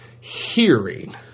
hearing